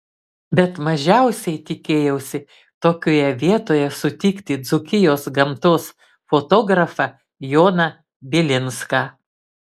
bet mažiausiai tikėjausi tokioje vietoje sutikti dzūkijos gamtos fotografą joną bilinską